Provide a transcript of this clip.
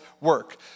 work